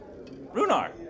Runar